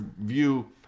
view